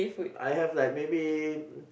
I have like maybe